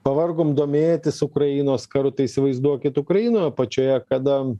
pavargom domėtis ukrainos karu tai įsivaizduokit ukrainoje pačioje kada